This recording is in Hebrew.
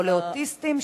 או לאוטיסטים,